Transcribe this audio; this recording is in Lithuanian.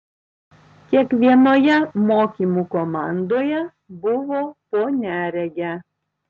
kiekvienoje mokymų komandoje buvo po neregę